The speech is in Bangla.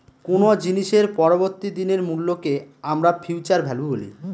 কোনো জিনিসের পরবর্তী দিনের মূল্যকে আমরা ফিউচার ভ্যালু বলি